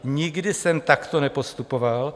Nikdy jsem takto nepostupoval.